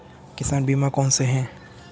किसान बीमा कौनसे हैं?